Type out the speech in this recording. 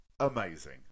Amazing